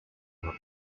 not